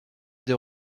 des